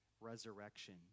resurrection